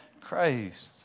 Christ